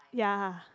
ya